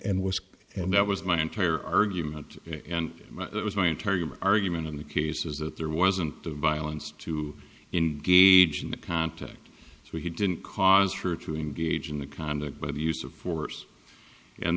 was and that was my entire argument and it was my entire human argument in the case is that there wasn't violence to engage in the contact so he didn't cause her to engage in the conduct by the use of force and